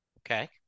okay